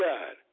God